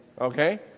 Okay